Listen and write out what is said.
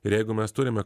ir jeigu mes turime